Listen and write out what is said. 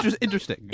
interesting